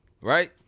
Right